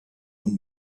und